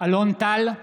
אלון טל,